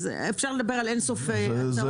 אפשר לדבר על אין סוף הצעות.